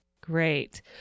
Great